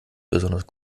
besonders